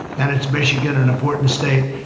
and it's michigan, an important state.